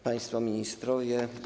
Państwo Ministrowie!